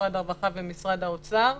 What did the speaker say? משרד הרווחה ומשרד האוצר,